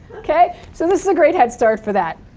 ok? so this is a great head start for that.